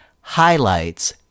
highlights